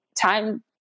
time